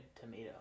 Tomato